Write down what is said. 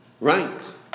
Right